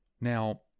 Now